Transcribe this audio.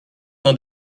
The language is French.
dans